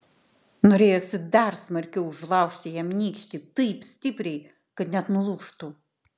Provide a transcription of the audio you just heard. norėjosi dar smarkiau užlaužti jam nykštį taip stipriai kad net nulūžtų